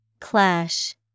Clash